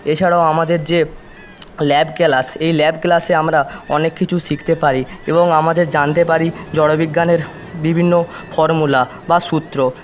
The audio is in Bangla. এছাড়াও আমাদের যে ল্যাব ক্লাস এই ল্যাব ক্লাস আমরা অনেক কিছু শিখতে পারি এবং আমাদের জানতে পারি জড়বিজ্ঞানের বিভিন্ন ফর্মুলা বা সূত্র